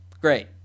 Great